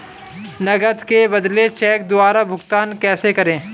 नकद के बदले चेक द्वारा भुगतान कैसे करें?